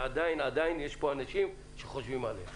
שעדיין יש פה אנשים שחושבים עליהם.